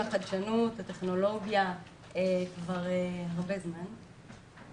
החדשנות והטכנולוגיה כבר הרבה זמן.